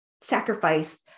sacrifice